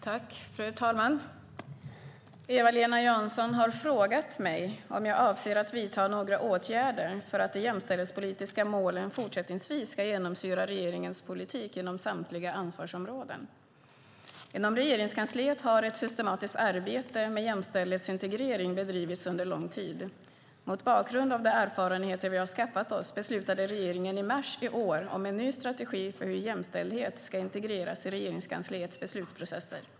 Fru talman! Eva-Lena Jansson har frågat mig om jag avser att vidta några åtgärder för att de jämställdhetspolitiska målen fortsättningsvis ska genomsyra regeringens politik inom samtliga ansvarsområden. Inom Regeringskansliet har ett systematiskt arbete med jämställdhetsintegrering bedrivits under lång tid. Mot bakgrund av de erfarenheter vi har skaffat oss beslutade regeringen i mars i år om en ny strategi för hur jämställdhet ska integreras i Regeringskansliets beslutsprocesser.